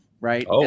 right